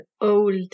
old